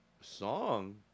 Song